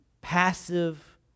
passive